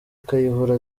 kayihura